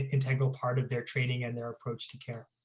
integral part of their training and their approach to care.